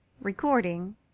Recording